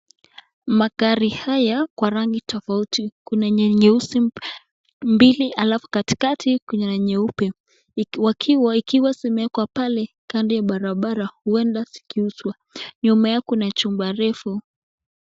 Magari haya kwa rangi tofauti, kuna yenye nyeusi mbili alafu katikati kuna nyeupe, zikiwa zimewekwa pale kando ya barabara uenda zikiuzwa. Nyuma kuna jumba refu.